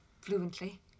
fluently